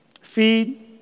Feed